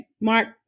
Mark